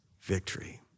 victory